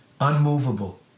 Unmovable